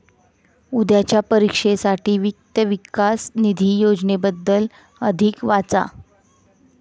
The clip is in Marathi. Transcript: उद्याच्या परीक्षेसाठी वित्त विकास निधी योजनेबद्दल अधिक वाचा